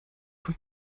von